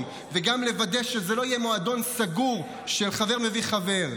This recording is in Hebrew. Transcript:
וגם שזה לא יהיה מועדון סגור של חבר מביא חבר,